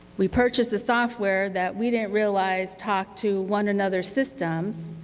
we purchased the software that we didn't realize talked to one another's systems.